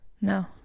No